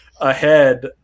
ahead